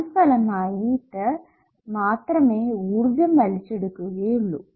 തത്ഫലമായിട്ടു മാത്രമേ ഊർജ്ജം വലിച്ചെടുക്കുകയുള്ളു